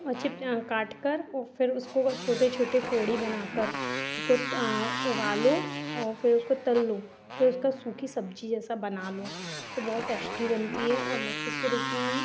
और चिप काटकर वो फिर उसको वह छोटे छोटे फोड़ी बनाकर उसको उबालो और फिर उसको तल लो फिर उसका सूखी सब्ज़ी जैसा बना लो तो बहुत टेश्टी बनती है और मक्के की रोटी में